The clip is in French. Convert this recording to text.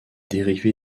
dérivé